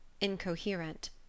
incoherent